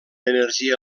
energia